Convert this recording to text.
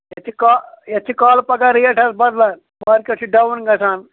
یَتھ چھِ کا یَتھ چھِ کالہٕ پَگاہ ریٹ حظ بَدلان مارکیٹ چھُ ڈاوُن گَژھان